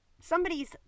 somebody's